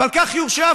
ועל כך היא הורשעה.